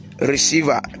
receiver